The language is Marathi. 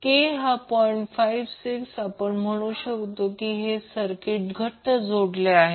56 आपण म्हणू शकतो की हे सर्किट घट्ट जोड आहे